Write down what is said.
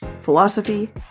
philosophy